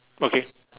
okay